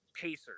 Pacers